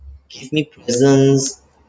give me presents